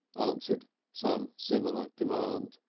answered some similar demand.